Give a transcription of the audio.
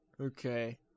Okay